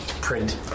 print